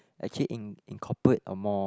actually in~ incorporate a more